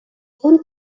phone